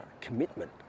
commitment